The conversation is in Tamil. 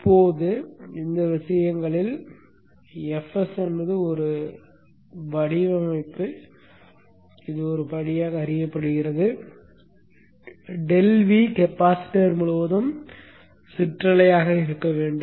இப்போது இந்த விஷயங்களில் எஃப்எஸ் என்பது ஒரு வடிவமைப்பு படியாக அறியப்படுகிறது இது ∆V கெபாசிட்டர் முழுவதும் சிற்றலையாக இருக்க வேண்டும்